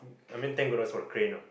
I mean thank goodness for the crane ah